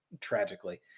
tragically